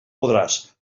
podràs